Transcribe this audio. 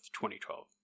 2012